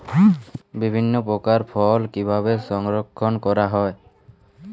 বিভিন্ন প্রকার ফল কিভাবে সংরক্ষণ করা হয়?